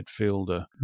midfielder